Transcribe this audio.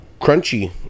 crunchy